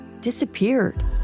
disappeared